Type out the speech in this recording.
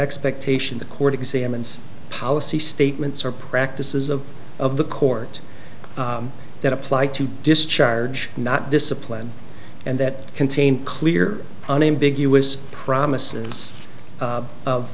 expectation the court examines policy statements or practices of of the court that apply to discharge not discipline and that contain clear unambiguous promises